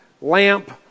lamp